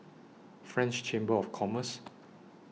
French Chamber of Commerce